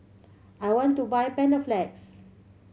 I want to buy Panaflex